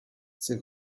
ses